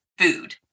food